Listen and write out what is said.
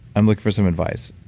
i'm looking for some advice.